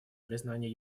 признание